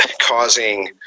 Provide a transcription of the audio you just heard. causing